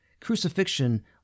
crucifixion